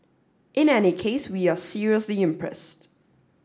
in any case we are seriously impressed